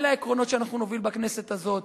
אלה העקרונות שאנחנו נוביל בכנסת הזאת,